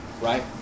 right